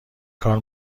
کار